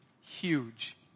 huge